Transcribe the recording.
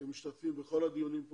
שמשתתפים כאן בכל הדיונים.